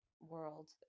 world